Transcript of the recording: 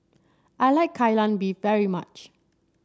I like Kai Lan Beef very much